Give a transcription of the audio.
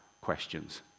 questions